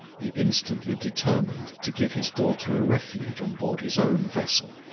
he instantly determined to give his daughter a refuge on board his own vessel,